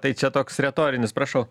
tai čia toks retorinis prašau